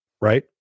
right